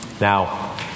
Now